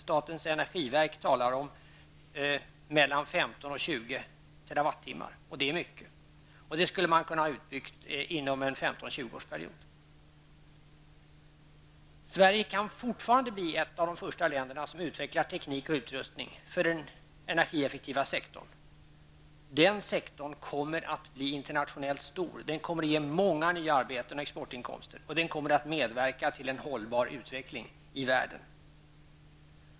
Statens energiverk talar om mellan 15 och 20 TWh, och det är mycket. Det skulle man kunna ha utbyggt inom 15--20-årsperiod. Sverige kan fortfarande bli ett av de första länderna som utvecklar teknik och utrustning för den energieffektiva sektorn. Den sektorn kommer att bli internationellt stor. Den kommer att ge många nya arbeten och exportinkomster, och den kommer att medverka till en hållbar utveckling i världen.